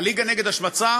הליגה נגד השמצה,